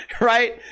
Right